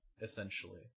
essentially